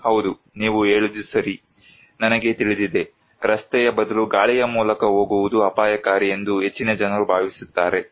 ಹೌದು ನೀವು ಹೇಳಿದ್ದು ಸರಿ ನನಗೆ ತಿಳಿದಿದೆ ರಸ್ತೆಯ ಬದಲು ಗಾಳಿಯ ಮೂಲಕ ಹೋಗುವುದು ಅಪಾಯಕಾರಿ ಎಂದು ಹೆಚ್ಚಿನ ಜನರು ಭಾವಿಸುತ್ತಾರೆ